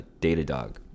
Datadog